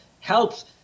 helps